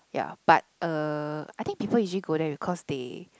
ya but uh I think people usually go there because they